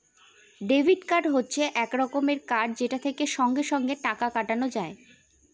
debit card হচ্ছে এক রকমের কার্ড যেটা থেকে সঙ্গে সঙ্গে টাকা কাটানো যায়